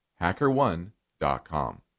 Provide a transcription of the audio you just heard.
HackerOne.com